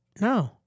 No